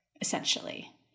essentially